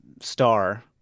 star